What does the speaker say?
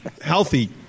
healthy